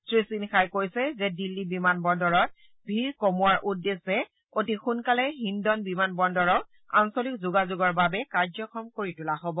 শ্ৰী সিনহাই কৈছে যে দিল্লী বিমানবন্দৰত ভিৰ কমোৱাৰ উদ্দেশ্যে অতি সোনকালে হিণ্ডন বিমানবন্দৰক আঞ্চলিক যোগাযোগৰ বাবে কাৰ্যক্ষম কৰি তোলা হব